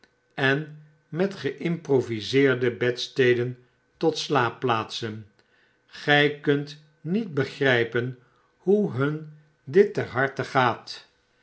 en met geimproviseerde bedsteden tot slaapplaatsen gry kunt niet begry'pen hoe hun dit ter harte gaat